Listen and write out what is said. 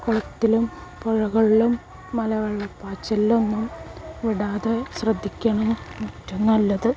കുളത്തിലും പുഴകളിലും മലവെള്ളപ്പാച്ചലിലൊന്നും വിടാതെ ശ്രദ്ധിക്കണത് ഏറ്റവും നല്ലത്